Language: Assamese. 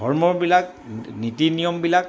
ধৰ্মবিলাক নীতি নিয়মবিলাক